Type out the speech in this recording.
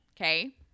Okay